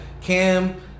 Cam